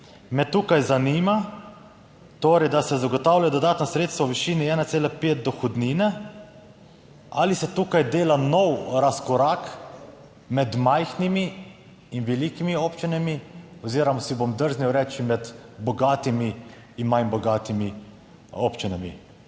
Me tukaj zanima torej, da se zagotavlja dodatna sredstva v višini 1,5 dohodnine. Ali se tukaj dela nov razkorak med majhnimi in velikimi občinami oziroma si bom drznil reči med bogatimi in manj bogatimi občinami?